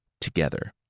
Together